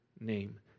name